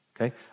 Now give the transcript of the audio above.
Okay